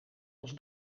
als